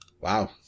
Wow